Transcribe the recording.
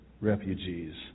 refugees